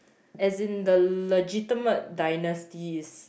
as in the legitimate dynasties